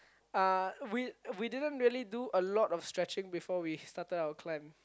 uh we we didn't really do a lot of stretching before we started our climb